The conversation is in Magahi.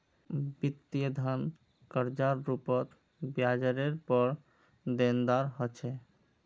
वित्तीय धन कर्जार रूपत ब्याजरेर पर देनदार ह छे